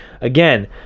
Again